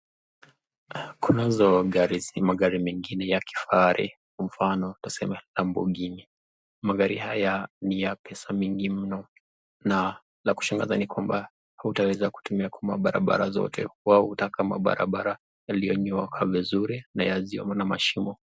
Kunazo magari zingine za kifahari, kwa mfano tuseme Lamboghini. Magari haya ni ya pesa nyingi mno na la kushangaza ni kwamba hutaweza kutumia mabarabara zote, wao hutaka barabara yaliyo nyooka vizuri na yasiyo na mashimo.